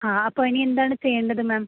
ആ അപ്പം ഇനി എന്താണ് ചെയ്യണ്ടത് മാം